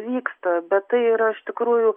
vyksta bet tai yra iš tikrųjų